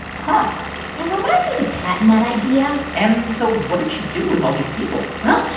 huh yeah, remind me to patent that idea and so what did she do with all these people? well,